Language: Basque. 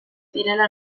direla